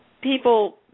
people